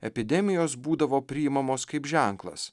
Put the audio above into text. epidemijos būdavo priimamos kaip ženklas